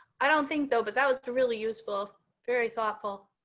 i don't think so. but that was a really useful very thoughtful.